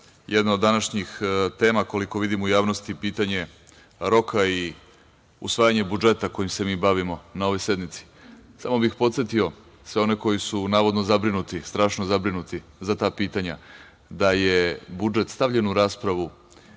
jedna od današnjih tema, koliko vidim, u javnosti pitanje roka i usvajanje budžeta kojim se mi bavimo na ovoj sednici, samo bih podsetio sve one koji su navodno zabrinuti, strašno zabrinuti za ta pitanja, da je budžet stavljen u raspravu